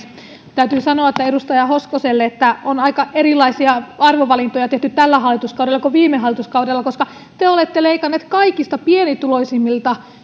täytyy sanoa edustaja hoskoselle että on aika erilaisia arvovalintoja tehty tällä hallituskaudella kuin viime hallituskaudella koska te olette leikanneet kaikista pienituloisimmilta